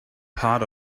part